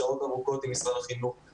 שעות ארוכות עם משרד החינוך,